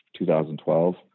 2012